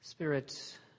Spirit